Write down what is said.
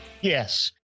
Yes